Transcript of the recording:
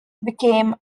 became